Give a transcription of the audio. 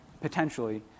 potentially